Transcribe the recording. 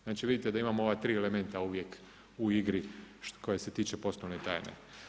Znači, vidite da imamo ova tri elementa uvijek u igri koja se tiču poslovne tajne.